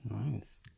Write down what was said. Nice